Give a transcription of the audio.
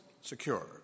secure